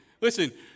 Listen